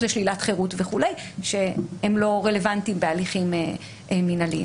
לשלילת חירות וכולי שהם לא רלוונטיים בהליכים מינהליים.